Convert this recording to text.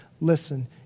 Listen